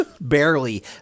Barely